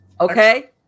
Okay